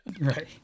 right